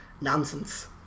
nonsense